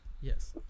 yes